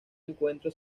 encuentro